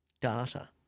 Data